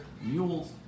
mules